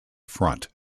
front